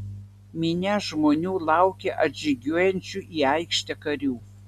minia žmonių laukė atžygiuojančių į aikštę karių